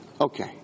Okay